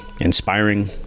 inspiring